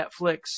Netflix